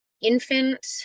infant